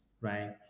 right